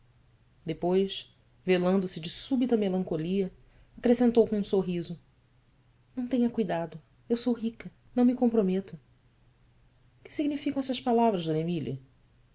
altivez depois velando se de súbita melancolia acrescentou com um sorriso ão tenha cuidado eu sou rica não me comprometo ue significam estas palavras